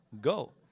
Go